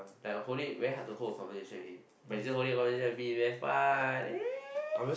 like holding very hard to hold a conversation with him she say holding a conversation with me damn fun eh